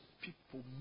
people